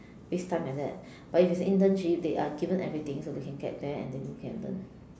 waste time like that but if it's internship they are given everything so they can get there and they really can learn